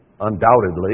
undoubtedly